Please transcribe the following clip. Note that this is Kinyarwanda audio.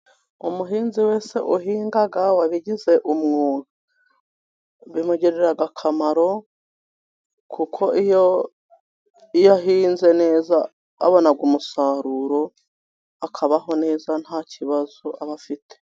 Umuhinzi wese uhinga wabigize umwuga, bimugirira akamaro. Kuko iyo ahinze neza abona umusaruro, akabaho neza nta kibazo aba afite.